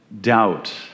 doubt